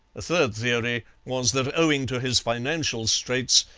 a third theory was that, owing to his financial straits,